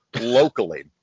locally